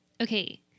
Okay